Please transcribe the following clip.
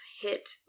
hit